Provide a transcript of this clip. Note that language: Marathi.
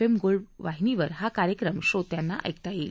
एम गोल्ड वाहिनीवर हा कार्यक्रम श्रोत्यांना ऐकता येईल